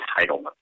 Entitlement